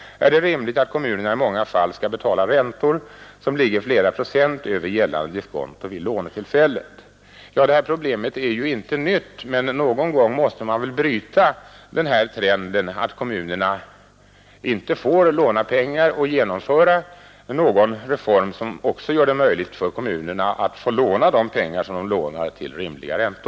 Är det rimligt att kommunerna i många fall skall betala räntor som ligger flera procent över gällande diskonto vid lånetillfället? Detta problem är ju inte nytt, men någon gång måste man väl bryta denna trend att kommunerna inte får låna pengar. Man måste väl genomföra någon reform som gör det möjligt för kommunerna att betala rimliga räntor för de pengar de måste låna.